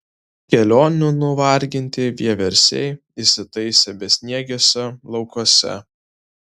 kelionių nuvarginti vieversiai įsitaisė besniegiuose laukuose